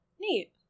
Neat